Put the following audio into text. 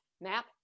map